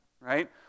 right